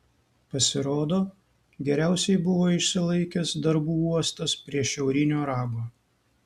pasirodo geriausiai buvo išsilaikęs darbų uostas prie šiaurinio rago